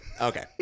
Okay